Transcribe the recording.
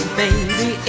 baby